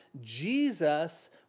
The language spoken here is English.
Jesus